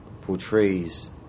portrays